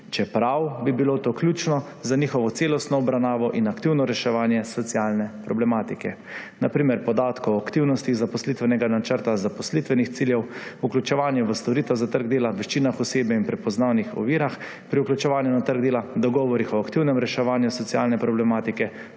čeprav bi bilo to ključno za njihovo celostno obravnavo in aktivno reševanje socialne problematike, na primer podatkov o aktivnostih, zaposlitvenega načrta, zaposlitvenih ciljev, podatkov o vključevanju v storitev za trg dela, veščinah osebe in prepoznavnih ovirah pri vključevanju na trg dela, dogovorih o aktivnem reševanju socialne problematike